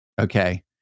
Okay